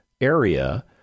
area